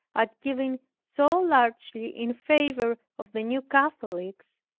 at giving so largely in favor of the new catholics,